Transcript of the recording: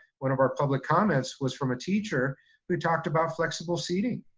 one of our public comments was from a teacher who talked about flexible seating.